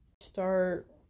start